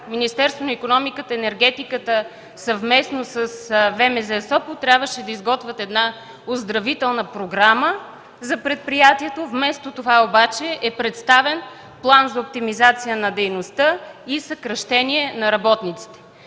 Министерството на икономиката, енергетиката и туризма, съвместно с ВМЗ – Сопот, трябваше да изготвят една оздравителна програма за предприятието. Вместо това обаче е представен план за оптимизация на дейността и съкращение на работниците.